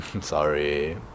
sorry